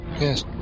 Yes